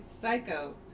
Psycho